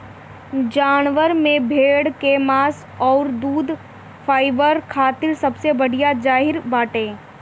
जानवरन में भेड़ कअ मांस अउरी दूध फाइबर खातिर सबसे बढ़िया जरिया बाटे